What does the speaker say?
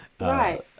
Right